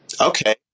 okay